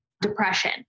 depression